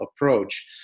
approach